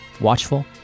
watchful